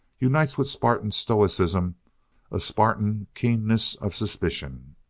unites with spartan stoicism a spartan keenness of suspicion.